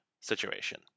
situation